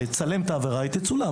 לצלם את העבירה, היא תצולם.